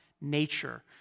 nature